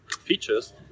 features